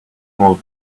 small